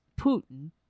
Putin